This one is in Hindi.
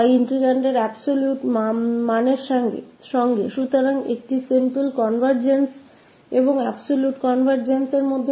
तो एक साधारण simple convergence और पूर्ण absolute convergence में क्या अंतर है